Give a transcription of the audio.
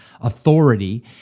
authority